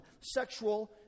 sexual